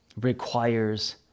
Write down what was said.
requires